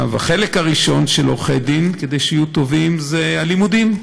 החלק הראשון כדי שעורכי הדין יהיו טובים זה הלימודים.